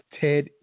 Ted